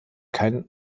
keinen